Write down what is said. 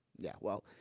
yeah, well,